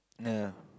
no